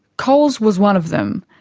coles was one of them.